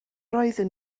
oeddwn